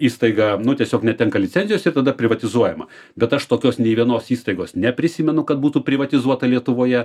įstaiga nu tiesiog netenka licencijos ir tada privatizuojama bet aš tokios nė vienos įstaigos neprisimenu kad būtų privatizuota lietuvoje